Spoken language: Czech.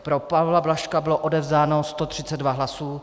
Pro Pavla Blažka bylo odevzdáno 132 hlasů.